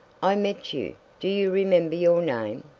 i met you. do you remember your name?